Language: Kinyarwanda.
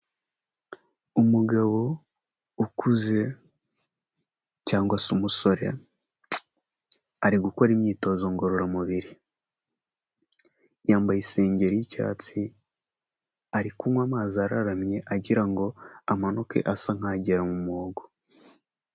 Umugabo ukuze cyangwa se umusore ari gukora imyitozo ngororamubiri. Yambaye isengeri y'icyatsi, ari kunywa amazi araramye, agira ngo amanuke asa nk'agera mu muhogo.